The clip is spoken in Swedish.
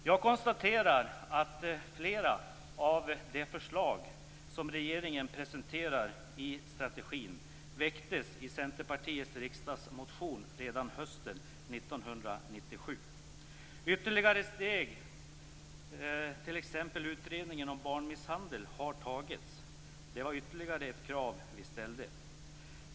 Jag konstaterar att flera av de förslag som regeringen presenterar i strategin väcktes i Centerpartiets riksdagsmotion redan hösten 1997. Ytterligare steg - t.ex. utredningen om barnmisshandel - har tagits. Det var ytterligare ett krav som vi ställde.